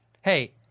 Hey